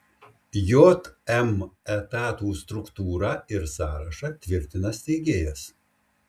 jm etatų struktūrą ir sąrašą tvirtina steigėjas